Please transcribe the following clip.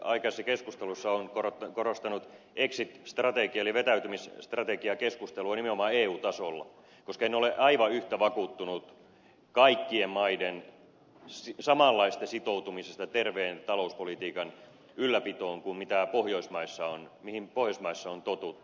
mutta viimeaikaisissa keskusteluissa olen korostanut exit strategiaa eli vetäytymisstrategiaa keskustelua nimenomaan eu tasolla koska en ole aivan yhtä vakuuttunut kaikkien maiden samanlaisesta sitoutumisesta terveen talouspolitiikan ylläpitoon mihin pohjoismaissa on totuttu